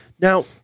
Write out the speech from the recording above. Now